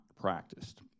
practiced